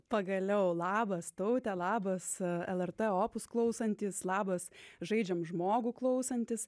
pagaliau labas taute labas lrt opus klausantys labas žaidžiame žmogų klausantys